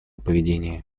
поведения